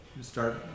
start